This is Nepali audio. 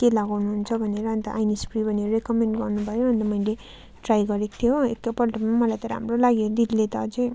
के लगाउनु हुन्छ भनेर अन्त आइन्स फ्री भनेर रिकमेन्ड गर्नु भयो अन्त मैले ट्राई गरेको थिएँ हो एकपल्टमा मलाई त राम्रो लाग्यो दिदीले त अझ